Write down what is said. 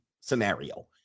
scenario